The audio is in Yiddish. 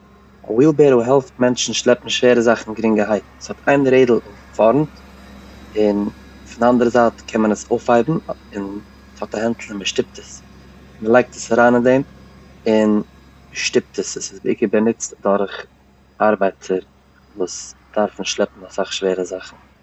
א וויל בעראו העלפט מענטשן שלעפן שווערע זאכן גרינגערהייט, ס'האט איין רעדל פארענט און פון די אנדערע זייט קען מען עס אויפהייבן און ס'האט א הענטל ווי מען שטופט עס, מען לייגט עס אריין אין דעם און שטופט עס. עס איז בעיקר באנוצט דורך ארבייטער וואס דארפן שלעפן אסאך שווערע זאכן.